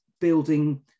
building